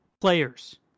players